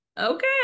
okay